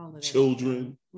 children